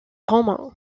romain